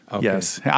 Yes